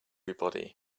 everyone